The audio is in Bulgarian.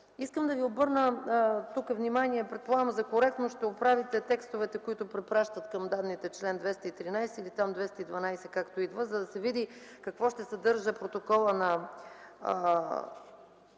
Искам да ви обърна внимание, предполагам за коректност, ще оправите текстовете, които препращат към данните – чл. 213 или 212, за да се види какво ще съдържа протоколът на